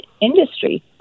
industry